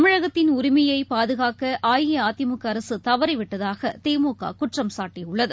தமிழகத்தின் உரிமையபாதுகாக்கஅஇஅதிமுகஅரசுதவறிவிட்டதாகதிமுககுற்றம் சாட்டியுள்ளது